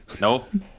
Nope